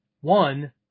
one